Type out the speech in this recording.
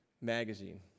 magazine